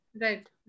Right